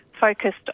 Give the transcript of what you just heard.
focused